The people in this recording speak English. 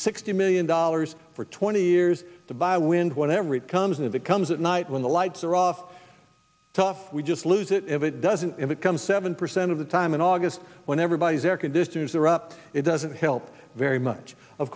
sixty million dollars for twenty years to buy a wind whatever it comes in and it comes at night when the lights are off tough we just lose it if it doesn't if it comes seven percent of the time in august when everybody's air conditioners are up it doesn't help very much of